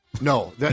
No